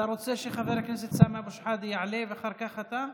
אתה רוצה שחבר הכנסת סמי אבו שחאדה יעלה ואחר כך אתה?